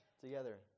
together